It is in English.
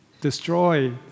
destroy